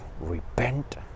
repent